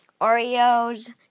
Oreos